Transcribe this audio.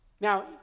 Now